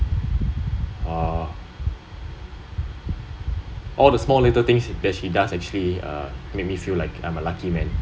oh all the small little things she does actually uh make me feel like I'm a lucky man